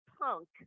punk